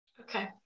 Okay